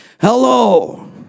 Hello